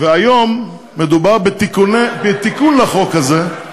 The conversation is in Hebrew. והיום מדובר בתיקון לחוק הזה.